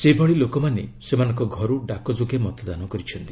ସେହି ଲୋକମାନେ ସେମାନଙ୍କ ଘରୁ ଡାକ ଯୋଗେ ମତଦାନ କରିଛନ୍ତି